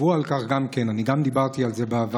דיברו על כך גם כן, וגם אני דיברתי על זה בעבר,